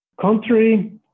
Contrary